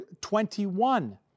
21